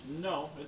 No